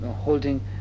holding